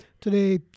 today